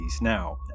now